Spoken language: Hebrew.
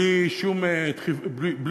בלי שום דחייה,